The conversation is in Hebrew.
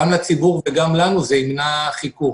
גם לציבור וגם לנו, זה ימנע חיכוך.